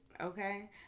okay